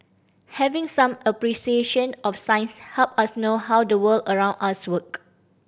having some appreciation of science help us know how the world around us work